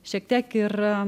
šiek tiek ir